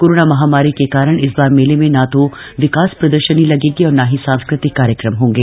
corona महामारी के कारण इस बार मेले में न विकास प्रदर्शनी लगेगी और न ही सांस्कृतिक कार्यक्रम होंगे